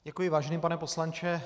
Děkuji, vážený pane poslanče.